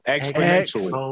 Exponentially